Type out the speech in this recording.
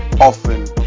often